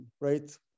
right